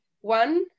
one